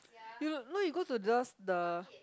you no no you go to those the